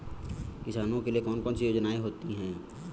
किसानों के लिए कौन कौन सी योजनायें होती हैं?